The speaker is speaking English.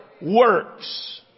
works